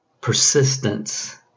persistence